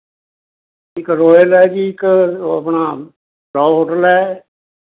ਇੱਕ ਰੋਇਅਲ ਹੈ ਜੀ ਇੱਕ ਆਪਣਾ ਰਾਹੋ ਹੋਟਲ ਹੈ